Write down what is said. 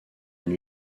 une